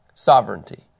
Sovereignty